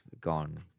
gone